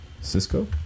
Cisco